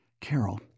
Carol